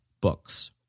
books